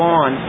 on